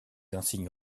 insignes